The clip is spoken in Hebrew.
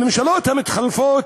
הממשלות המתחלפות